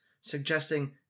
suggesting